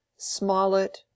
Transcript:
Smollett